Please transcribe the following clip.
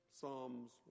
Psalms